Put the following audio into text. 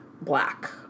black